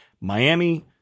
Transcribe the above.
Miami